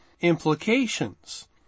implications